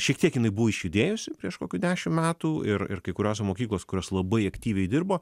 šiek tiek jinai buvo išjudėjusi prieš kokių dešim metų ir ir kai kuriose mokyklos kurios labai aktyviai dirbo